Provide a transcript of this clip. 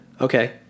Okay